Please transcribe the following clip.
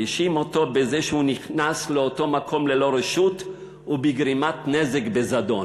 האשים אותו בזה שהוא נכנס לאותו מקום ללא רשות ובגרימת נזק בזדון.